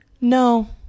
No